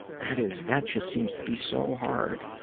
that is, that just seems to be so hard.